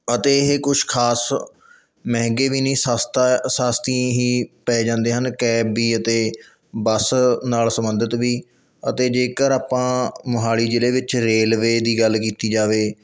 ਅਤੇ ਇਹ ਕੁਛ ਖਾਸ ਮਹਿੰਗੇ ਵੀ ਨਹੀਂ ਸਸਤਾ ਸਸਤੀ ਹੀ ਪੈ ਜਾਂਦੇ ਹਨ ਕੈਬ ਵੀ ਅਤੇ ਬੱਸ ਨਾਲ ਸੰਬੰਧਿਤ ਵੀ ਅਤੇ ਜੇਕਰ ਆਪਾਂ ਮੋਹਾਲੀ ਜਿਲ੍ਹੇ ਵਿੱਚ ਰੇਲਵੇ ਦੀ ਗੱਲ ਕੀਤੀ ਜਾਵੇ